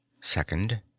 Second